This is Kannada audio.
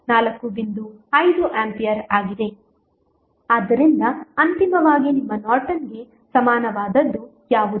ಆದ್ದರಿಂದ ಅಂತಿಮವಾಗಿ ನಿಮ್ಮ ನಾರ್ಟನ್ಗೆ ಸಮಾನವಾದದ್ದು ಯಾವುದು